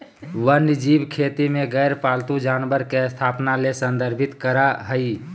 वन्यजीव खेती में गैर पालतू जानवर के स्थापना ले संदर्भित करअ हई